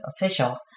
official